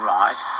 right